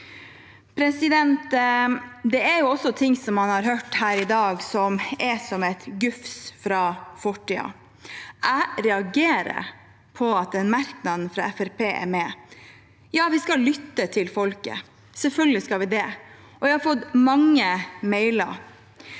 seg kofte. Det er også ting man har hørt her i dag, som er som et gufs fra fortiden. Jeg reagerer på at den merknaden fra Fremskrittspartiet er med. Ja, vi skal lytte til folket, selvfølgelig skal vi det, og vi har fått mange e-poster,